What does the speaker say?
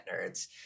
nerds